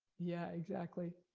yeah, exactly.